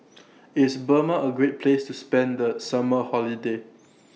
IS Burma A Great Place to spend The Summer Holiday